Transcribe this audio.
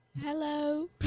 Hello